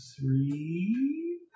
Three